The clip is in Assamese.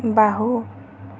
বাহু